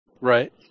Right